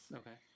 okay